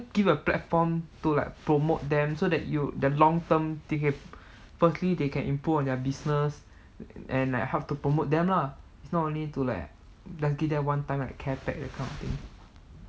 give a platform to like promote them so that you their long-term they can firstly they can improve on their business and like help to promote them lah it's not only to like just give them one time like care pack that kind of thing